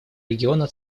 региона